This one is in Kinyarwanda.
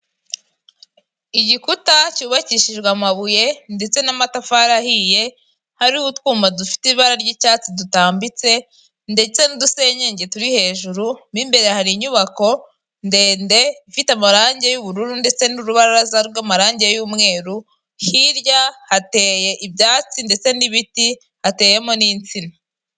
Igikuta cyubakishijwe amabuye ndetse n'amatafari ahiye hariho utwuma dufite ibara ry'icyatsi dutambitse ndetse n'udusenyenge turi hejuru, mo imbere hari inyubako ndende ifite amarangi y'ubururu ndetse n'urubaraza rw'amarangi y'umweru hirya hateye ibyatsi ndetse n'ibiti hateyemo n'insina.